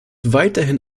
weiterhin